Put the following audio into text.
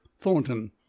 thornton